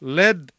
led